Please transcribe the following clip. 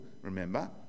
remember